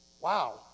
Wow